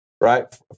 right